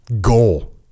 goal